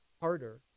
harder